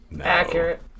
Accurate